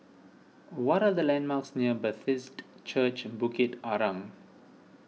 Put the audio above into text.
what are the landmarks near Bethesda Church Bukit Arang